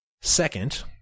Second